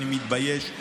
אני מתבייש",